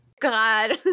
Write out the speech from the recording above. god